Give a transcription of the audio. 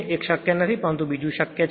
એક શક્ય નથી પરંતુ બીજું શક્ય છે